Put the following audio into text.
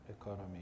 economy